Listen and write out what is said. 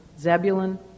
Zebulun